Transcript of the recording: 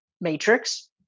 Matrix